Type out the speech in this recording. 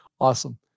Awesome